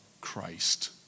Christ